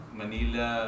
manila